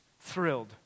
thrilled